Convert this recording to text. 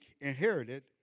inherited